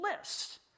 list